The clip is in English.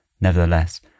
Nevertheless